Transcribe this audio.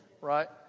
right